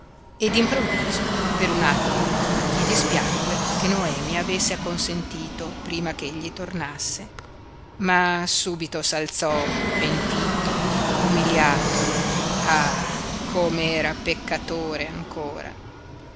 e d'improvviso per un attimo gli dispiacque che noemi avesse acconsentito prima ch'egli tornasse ma subito s'alzò pentito umiliato ah com'era peccatore ancora